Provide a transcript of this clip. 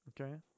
Okay